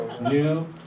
new